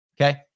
Okay